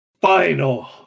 final